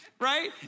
right